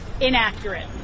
inaccurate